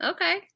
Okay